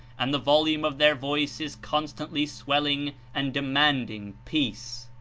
and the volume of their voice is constantly swelling and demanding peace.